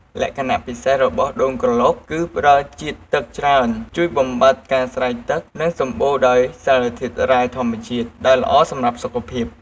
លក្ខណៈពិសេសរបស់ដូងក្រឡុក គឺផ្ដល់ជាតិទឹកច្រើន ជួយបំបាត់ការស្រេកទឹក និងសម្បូរដោយសារធាតុរ៉ែធម្មជាតិ ដែលល្អសម្រាប់សុខភាព។